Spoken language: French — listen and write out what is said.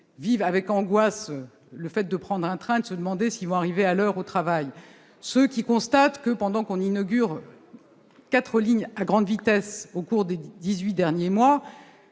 vivent avec angoisse le fait de prendre un train et qui se demandent s'ils vont arriver à l'heure au travail ; ceux qui constatent que, pendant qu'on inaugure quatre lignes à grande vitesse au cours des dix-huit derniers mois,